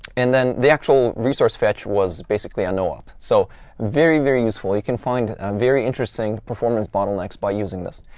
and then the actual resource fetch was basically a no-op, so very, very useful. you can find very interesting performance bottlenecks by using this.